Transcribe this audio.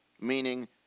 Meaning